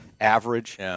average